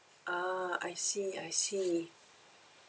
ah I see I see